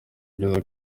byiza